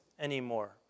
anymore